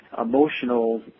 emotional